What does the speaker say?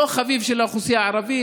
לא חביב של האוכלוסייה הערבית,